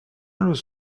روز